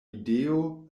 ideo